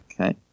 Okay